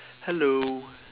hello